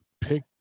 pick